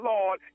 Lord